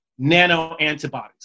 nanoantibodies